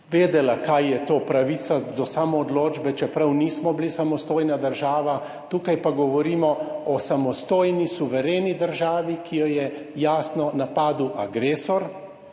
vedela, kaj je to pravica do samoodločbe, čeprav nismo bili samostojna država, tukaj pa govorimo o samostojni suvereni državi, ki jo je jasno napadel agresor,